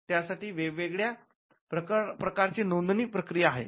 त्या साठी वेगवेगळ्या प्रकारची नोंदणी प्रक्रिया आहे